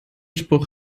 spruch